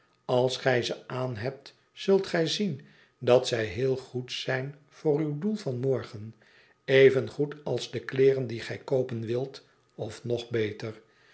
als gij ze aanhebt zult gij zien dat zij heel goed zijn voor uw doel van morgen evengoed als de kleeren die gij koopen wilt of nog beter